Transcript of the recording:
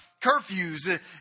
curfews